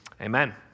Amen